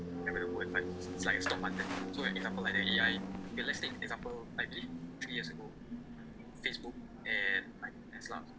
like stock market so example like A_I_A okay let's say example I believe three years ago Facebook and like Tesla